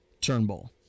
Turnbull